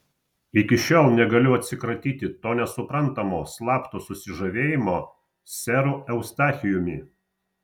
iki šiol negaliu atsikratyti to nesuprantamo slapto susižavėjimo seru eustachijumi